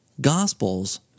gospels